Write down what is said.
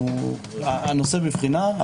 הנושא בבחינה,